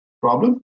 problem